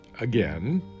Again